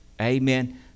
Amen